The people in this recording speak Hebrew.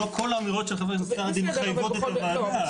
לא כל האמירות של חבר הכנסת סעדי מחייבות את הוועדה.